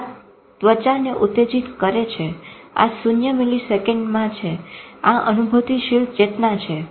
આ ત્વચાને ઉતેજીત કરે છે આ શૂન્ય મિલીસેકંડ છે આ અનુભુતીશીલ ચેતના છે